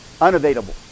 Unavailable